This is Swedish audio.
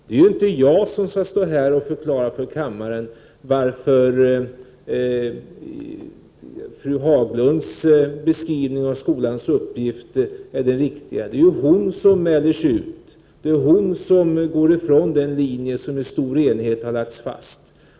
Det är ju inte jag som skall stå här och förklara för kammaren varför fru Haglunds beskrivning av skolans uppgifter är de riktiga. Det är ju hon som mäler sig ut, det är hon som går ifrån den linje som i stor enighet har lagts fast.